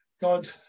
God